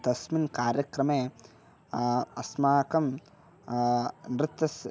तस्मिन् कार्यक्रमे अस्माकं नृत्यस्य